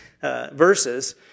verses